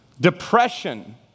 depression